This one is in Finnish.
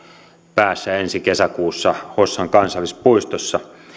päässä ensi kesäkuussa hossan kansallispuistossa